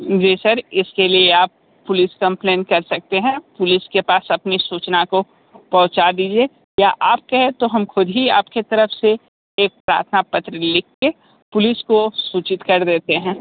जी sir इसके लिए आप पुलिस कंप्लेन कर सकते हैं पुलिस के पास अपनी सूचना को पहुँचा दीजिए या आप कहें तो हम खुद ही आपके तरफ़ से एक प्रार्थना पत्र लिख के पुलिस को सूचित कर देते हैं